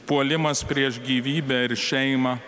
puolimas prieš gyvybę ir šeimą